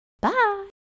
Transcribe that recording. Bye